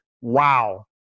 wow